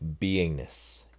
beingness